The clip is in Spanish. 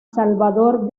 salvador